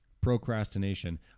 procrastination